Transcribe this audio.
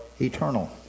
eternal